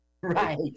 Right